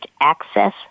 Access